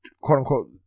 quote-unquote